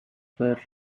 were